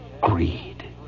Greed